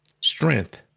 Strength